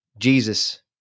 Jesus